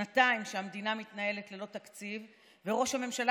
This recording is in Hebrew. שנתיים המדינה מתנהלת ללא תקציב וראש הממשלה